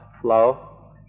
flow